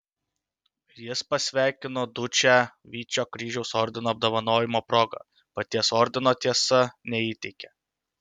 jis pasveikino dučę vyčio kryžiaus ordino apdovanojimo proga paties ordino tiesa neįteikė